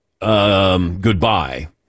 Goodbye